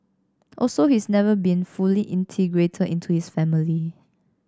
also he's never been fully integrated into his family